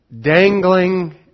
dangling